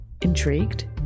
Intrigued